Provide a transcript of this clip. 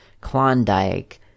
klondike